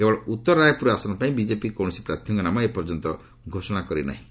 କେବଳ ଉତ୍ତର ରାୟପୁର ଆସନ ପାଇଁ ବିକେପି କୌଣସି ପ୍ରାର୍ଥୀଙ୍କ ନାମ ଏପର୍ଯ୍ୟନ୍ତ ଘୋଷଣା କରି ନାହିଁ